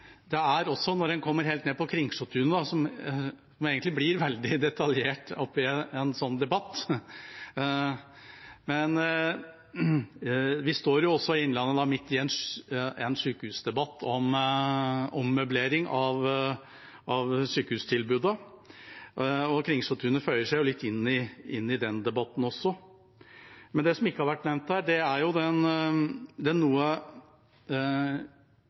Når en kommer helt ned på Kringsjåtunet, blir egentlig en sånn debatt veldig detaljert, men vi i Innlandet står midt i en sykehusdebatt om ommøblering av sykehustilbudet. Kringsjåtunet føyer seg inn i den debatten. Det som ikke har vært nevnt her, er den noe uavklarte situasjonen når det